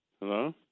Hello